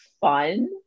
fun